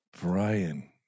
Brian